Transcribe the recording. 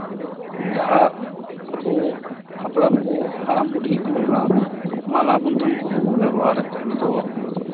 ᱡᱟᱦᱟᱸ ᱟᱵᱚ ᱦᱟᱯᱲᱟᱢ ᱠᱚ ᱦᱟᱲᱟᱢᱼᱵᱩᱰᱷᱤ ᱠᱚ ᱡᱟᱦᱟᱸ ᱢᱟᱞᱟ ᱢᱩᱫᱟᱹᱢ ᱠᱚᱠᱚ ᱵᱮᱵᱚᱦᱟᱨᱮᱛ ᱛᱟᱦᱮᱱ ᱫᱚ